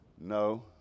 No